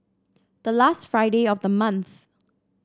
the last Friday of the month